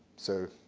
so